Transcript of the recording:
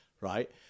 Right